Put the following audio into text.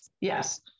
yes